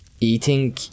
eating